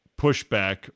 pushback